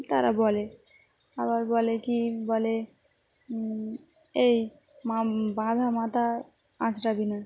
তারা বলে আবার বলে কি বলে এই বাঁধা মাথা আঁচড়াবি না